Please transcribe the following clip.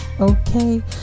Okay